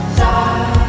die